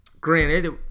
Granted